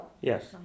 Yes